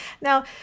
now